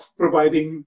providing